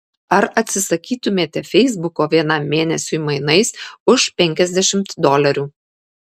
ar atsisakytumėte feisbuko vienam mėnesiui mainais už penkiasdešimt dolerių